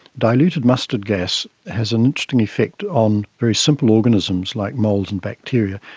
diluted mustard gas has an interesting effect on very simple organisms like mould and bacteria,